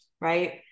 right